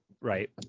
right